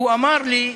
והוא אמר לי: